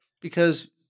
because-